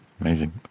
Amazing